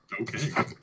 Okay